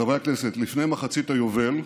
חברי הכנסת, לפני מחצית היובל,